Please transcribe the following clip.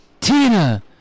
Tina